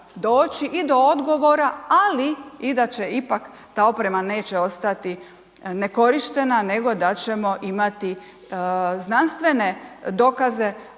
i do odgovora, ali i da će ipak, ta oprema neće ostati nekorištena, nego da ćemo imati znanstvene dokaze